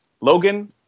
Logan